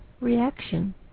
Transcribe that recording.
reaction